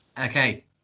okay